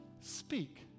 Speak